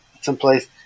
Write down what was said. someplace